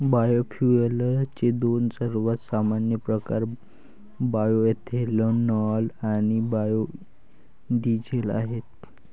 बायोफ्युएल्सचे दोन सर्वात सामान्य प्रकार बायोएथेनॉल आणि बायो डीझेल आहेत